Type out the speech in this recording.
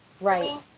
Right